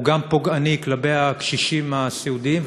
הוא גם פוגעני כלפי הקשישים הסיעודיים,